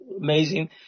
amazing